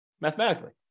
mathematically